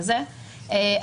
אוקיי.